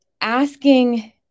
asking